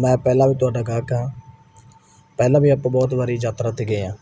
ਮੈਂ ਪਹਿਲਾਂ ਵੀ ਤੁਹਾਡਾ ਗਾਹਕ ਹਾਂ ਪਹਿਲਾਂ ਵੀ ਆਪਾਂ ਬਹੁਤ ਵਾਰੀ ਯਾਤਰਾ 'ਤੇ ਗਏ ਹਾਂ